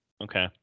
Okay